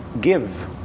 give